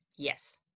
Yes